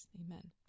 Amen